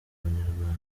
abanyarwanda